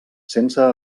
sense